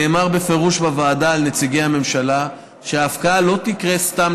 נאמר בפירוש בוועדה לנציגי הממשלה שההפקעה לא תקרה סתם,